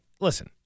listen